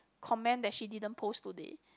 comment that she didn't post today